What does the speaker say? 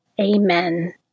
Amen